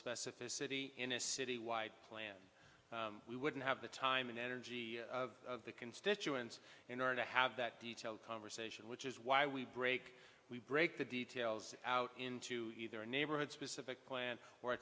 specificity in a city wide plan we wouldn't have the time and energy of the constituents in order to have that detailed conversation which is why we break we break the details out into either a neighborhood specific plan or